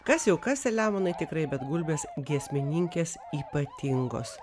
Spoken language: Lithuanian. kas jau kas selemonai tikrai bet gulbės giesmininkės ypatingos